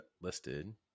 listed